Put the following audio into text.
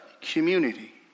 community